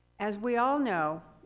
as we all know,